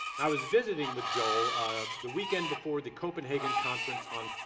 i was visiting with joel the weekend before the copenhagen conference on